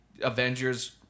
avengers